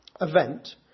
event